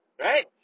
right